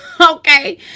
okay